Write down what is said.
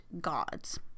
gods